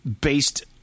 based